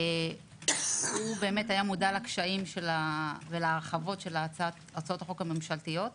הוא היה מודע לקשיים ולהרחבות של הצעות החוק הממשלתיות.